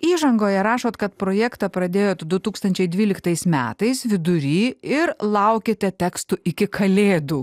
įžangoje rašot kad projektą pradėjot du tūkstančiai dvyliktais metais vidury ir laukėte tekstų iki kalėdų